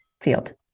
field